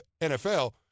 NFL